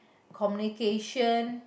communication